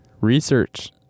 Research